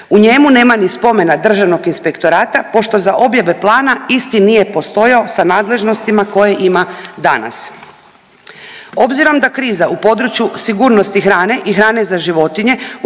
U njemu nema ni spomena državnog inspektorata pošto za objave plana isti nije postojao sa nadležnostima koje ima danas. Obzirom da kriza u području sigurnosti hrane i hrane za životinje